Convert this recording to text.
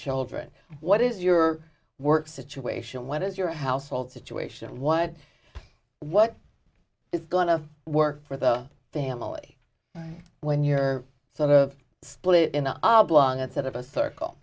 children what is your work situation what is your household situation what what is going to work for the family when you're sort of split in the oblong instead of a circle